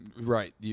Right